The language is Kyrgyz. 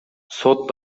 сот